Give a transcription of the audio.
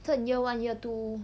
趁 year one year two